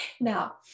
Now